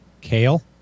Kale